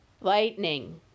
Lightning